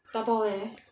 打包 where